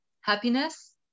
happiness